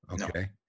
Okay